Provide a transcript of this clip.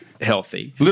healthy